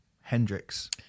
Hendrix